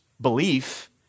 belief